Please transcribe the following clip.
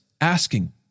asking